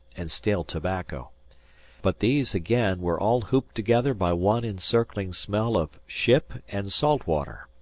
and stale tobacco but these, again, were all hooped together by one encircling smell of ship and salt water.